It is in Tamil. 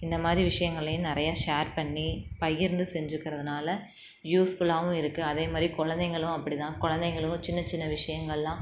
இந்தமாதிரி விஷயங்களையும் நிறையா ஷேர் பண்ணி பகிர்ந்து செஞ்சிக்கறதுனால் யூஸ்ஃபுல்லாகவும் இருக்குது அதேமாதிரி கொழந்தைங்களும் அப்படிதான் கொழந்தைங்களும் சின்னச் சின்ன விஷயங்கள்லாம்